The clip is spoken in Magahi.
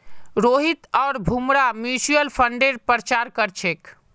रोहित आर भूमरा म्यूच्यूअल फंडेर प्रचार कर छेक